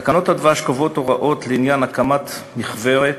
תקנות הדבש קובעות הוראות לעניין הקמת מכוורת,